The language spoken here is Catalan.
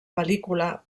pel·lícula